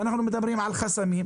אנחנו מדברים על חסמים.